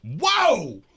Whoa